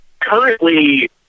currently